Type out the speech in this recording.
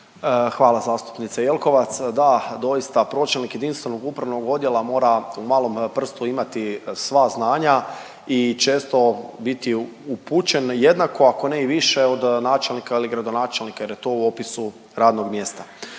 Hvala zastupnice Jelkovac. Da doista pročelnik jedinstvenog upravnog odjela mora u malom prstu imati sva znanja i često biti upućen jednako ako ne i više od načelnika ili gradonačelnika jer je to u opisu radnog mjesta.